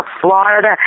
Florida